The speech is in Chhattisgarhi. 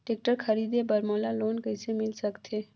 टेक्टर खरीदे बर मोला लोन कइसे मिल सकथे?